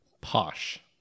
Posh